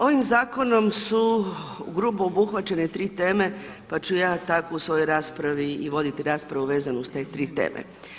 Ovim zakonom su grubo obuhvaćene tri teme pa ću ja tako u svojoj raspravi i voditi raspravu vezano uz te tri teme.